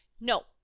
no